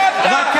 48'. להפך,